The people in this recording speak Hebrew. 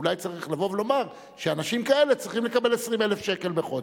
אולי צריך לבוא ולומר שאנשים כאלה צריכים לקבל 20,000 שקל בחודש.